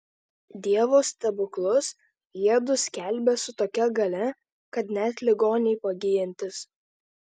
dievo stebuklus jiedu skelbią su tokia galia kad net ligoniai pagyjantys